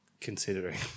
considering